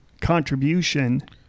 contribution